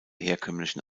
herkömmlichen